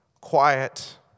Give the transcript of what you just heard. quiet